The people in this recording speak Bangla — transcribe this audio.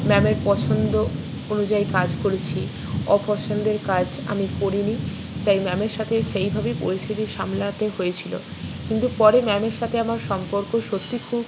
ম্যামের পছন্দ অনুযায়ী কাজ করেছি অপছন্দের কাজ আমি করিনি তাই ম্যামের সাথে সেইভাবেই পরিস্থিতি সামলাতে হয়েছিলো কিন্তু পরে ম্যামের সাথে আমার সম্পর্ক সত্যি খুব